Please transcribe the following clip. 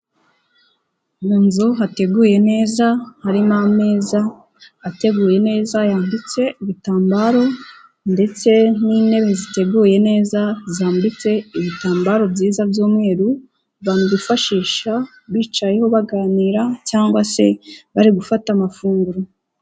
Mu nzu hateguye neza, harimo ameza ateguye neza yambitse ibitambaro ndetse n'intebe ziteguye neza zambitse ibitambaro byiza by'umweru, abantu bifashisha bicayeho baganira cyangwa se bari gufata amafunguro.